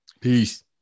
Peace